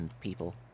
people